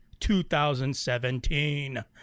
2017